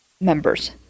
members